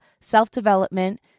self-development